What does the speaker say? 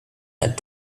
had